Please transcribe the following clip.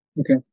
Okay